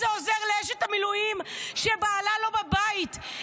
מה זה עוזר לאשת המילואים שבעלה לא בבית?